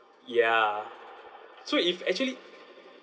ya so if actually